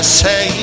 say